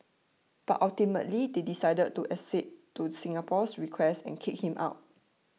but ultimately they decided to accede to Singapore's request and kick him out